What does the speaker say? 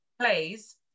plays